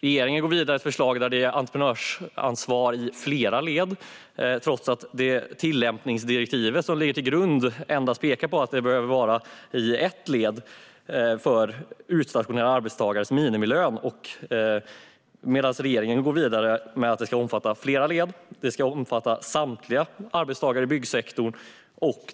Regeringen går vidare med ett förslag om entreprenörsansvar i flera led, trots att tillämpningsdirektivet som ligger till grund för det här endast pekar på att det behöver vara i ett led för utstationerade arbetstagares minimilön. Regeringen går alltså vidare och menar att det ska omfatta flera led, samtliga arbetstagare i byggsektorn och